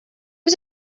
was